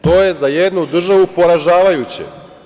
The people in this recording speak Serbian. To je za jednu državu poražavajuće.